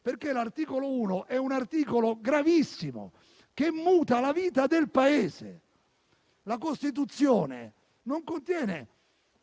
perché l'articolo 1 è gravissimo. Muta, infatti, la vita del Paese. La Costituzione non contiene